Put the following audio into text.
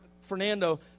Fernando